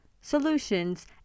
solutions